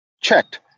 checked